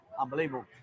unbelievable